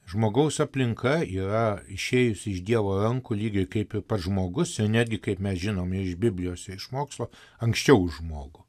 žmogaus aplinka yra išėjusi iš dievo rankų lygiai kaip ir pats žmogus ir netgi kaip mes žinome iš biblijos ir iš mokslo anksčiau už žmogų